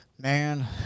Man